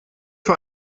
für